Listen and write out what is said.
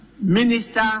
minister